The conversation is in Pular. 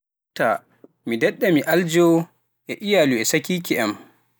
Taa mi dedda mi aljoo e iyaalu e sakiike am.